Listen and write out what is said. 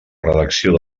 redacció